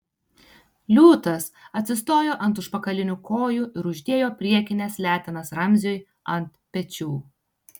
liūtas atsistojo ant užpakalinių kojų ir uždėjo priekines letenas ramziui ant pečių